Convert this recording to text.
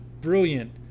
brilliant